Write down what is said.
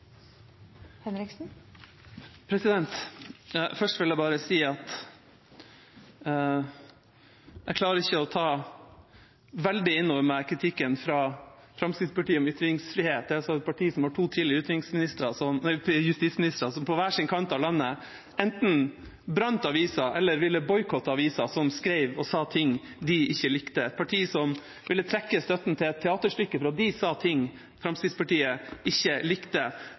Først vil jeg bare si at jeg ikke klarer å ta veldig innover meg kritikken fra Fremskrittspartiet om ytringsfrihet, et parti som har hatt to justisministre som på hver sin kant av landet enten brente aviser eller ville boikotte aviser som skrev ting de ikke likte, et parti som ville trekke støtten til et teaterstykke fordi de sa ting som Fremskrittspartiet ikke likte,